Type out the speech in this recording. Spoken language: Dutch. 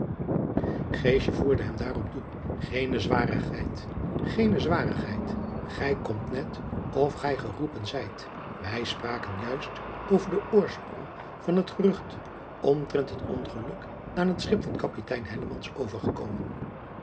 hem daarop toe geene zwarigheid geene zwarigheid ij komt net of gij geroepen zijt ij spraken juist over den oorsprong van het gerucht omtrent het ongeluk aan het schip van apitein overgekomen